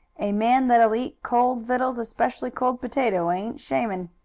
a man that'll eat cold vittles, especially cold potato, ain't shammin'.